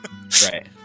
Right